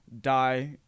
die